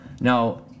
Now